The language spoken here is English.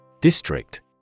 District